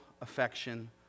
affection